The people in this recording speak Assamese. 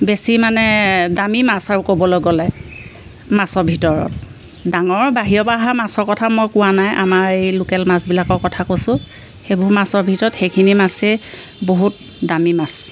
বেছি মানে দামী মাছ আৰু ক'বলৈ গ'লে মাছৰ ভিতৰত ডাঙৰ বাহিৰৰ পৰা অহা মাছৰ কথা মই কোৱা নাই আমাৰ এই লোকেল মাছবিলাকৰ কথা কৈছোঁ সেইবোৰ মাছৰ ভিতৰত সেইখিনি মাছেই বহুত দামী মাছ